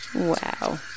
Wow